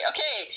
Okay